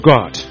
God